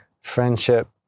friendship